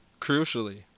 crucially